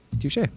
Touche